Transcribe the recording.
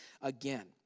again